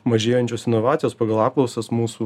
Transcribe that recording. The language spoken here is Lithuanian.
mažėjančios inovacijos pagal apklausas mūsų